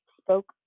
spoke